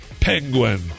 Penguin